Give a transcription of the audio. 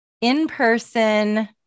in-person